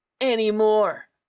anymore